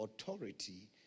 authority